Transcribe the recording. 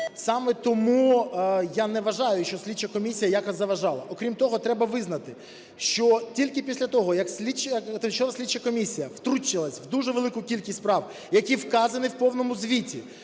Саме тому я не вважаю, що слідча комісія якось заважала. Окрім того, треба визнати, що тільки після того, як Тимчасова слідча комісія втрутилась в дуже велику кількість справ, які вказані в повному звіті,